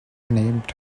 named